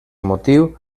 motiu